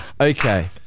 Okay